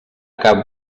cap